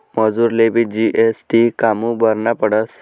मजुरलेबी जी.एस.टी कामु भरना पडस?